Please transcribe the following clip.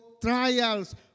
trials